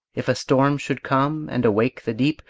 if a storm should come and awake the deep,